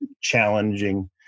challenging